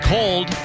Cold